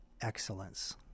excellence